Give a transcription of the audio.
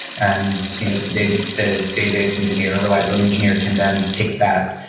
and so you know the database the database engineer or reliability engineer can then take that,